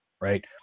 right